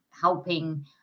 helping